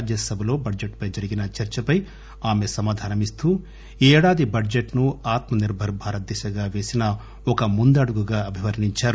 రాజ్యసభలో బడ్జెట్ పై జరిగిన చర్చపై ఆమె సమాధానమిస్తూ ఈ ఏడాది బడ్జెట్ ను ఆత్మ నిర్బర్ భారత్ దిశగా పేసిన ఒక ముందడుగుగా అభివర్ణించారు